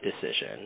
decision